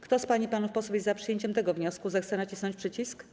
Kto z pań i panów posłów jest za przyjęciem tego wniosku, zechce nacisnąć przycisk.